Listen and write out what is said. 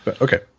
Okay